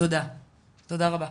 תודה רבה.